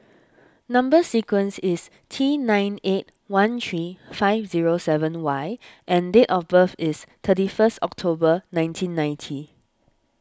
Number Sequence is T nine eight one three five zero seven Y and date of birth is thirty first October nineteen ninety